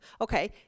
Okay